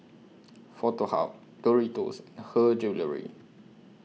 Foto Hub Doritos and Her Jewellery